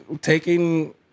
taking